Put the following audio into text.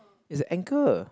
it's a anchor